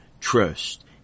trust